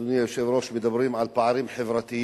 אדוני היושב-ראש, מדברים על פערים חברתיים,